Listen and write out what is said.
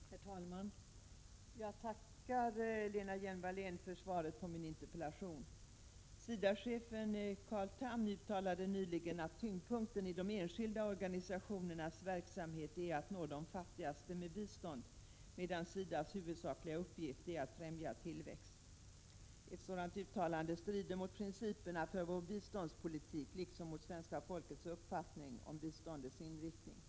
Herr talman! Jag tackar Lena Hjelm-Wallén för svaret på min interpellation. SIDA-chefen Carl Tham uttalade nyligen att tyngdpunkten i de enskilda organisationernas verksamhet är att nå de fattigaste med bistånd, medan SIDA:s huvudsakliga uppgift är att främja tillväxt. Ett sådant uttalande strider mot principerna för vår biståndspolitik liksom mot svenska folkets uppfattning om biståndets inriktning.